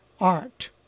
art